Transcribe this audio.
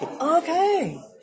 Okay